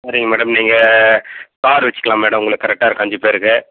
சரிங்க மேடம் நீங்கள் கார் வைச்சிக்கலாம் மேடம் உங்களுக்கு கரெக்டா இருக்கும் அஞ்சு பேருக்கு